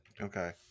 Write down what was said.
Okay